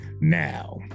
now